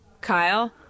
Kyle